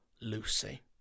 Lucy